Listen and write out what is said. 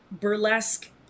burlesque